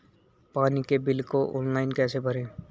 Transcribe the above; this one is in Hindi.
पानी के बिल को ऑनलाइन कैसे भरें?